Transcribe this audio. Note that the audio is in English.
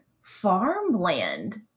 farmland